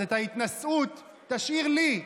אז את ההתנשאות תשאיר כלפיי,